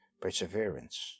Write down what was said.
perseverance